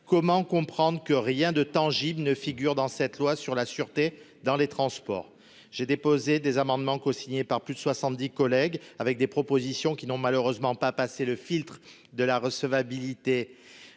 comment comprendre que rien de tangible ne figure dans cette loi sur la sûreté dans les transports, j'ai déposé des amendements, co-signée par plus de 70 collègue avec des propositions qui n'ont malheureusement pas passer le filtre de la recevabilité,